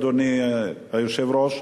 אדוני היושב-ראש,